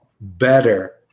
better